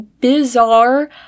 bizarre